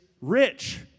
rich